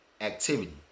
activity